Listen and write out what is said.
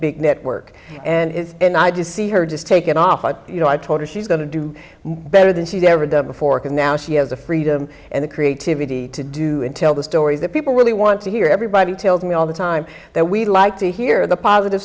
big network and it's and i just see her just take it off but you know i told her she's going to do better than she's ever done before because now she has the freedom and the creativity to do until the stories that people really want to hear everybody told me all the time that we like to hear the positive